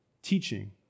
Teaching